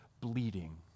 bleeding